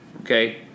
okay